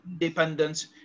independence